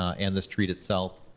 and the street itself.